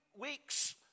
weeks